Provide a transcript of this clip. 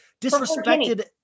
disrespected